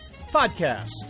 Podcast